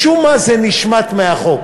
משום מה זה נשמט מהחוק,